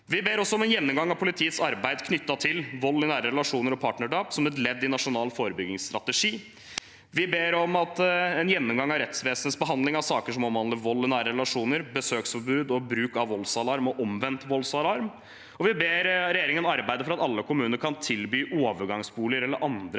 Vi ber også om en gjennomgang av politiets arbeid knyttet til vold i nære relasjoner og partnerdrap, som et ledd i en nasjonal forebyggingsstrategi. Vi ber om en gjennomgang av rettsvesenets behandling av saker som omhandler vold i nære relasjoner, besøksforbud og bruk av voldsalarm og omvendt voldsalarm. Vi ber også regjeringen arbeide for at alle kommuner kan tilby overgangsboliger eller andre